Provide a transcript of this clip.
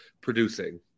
producing